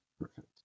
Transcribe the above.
perfect